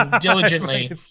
diligently